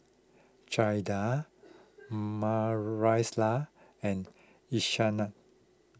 Jaeda Maricela and Ishaan